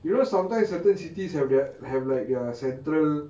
you know sometimes certain cities have that have like their central